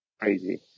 Crazy